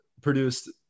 produced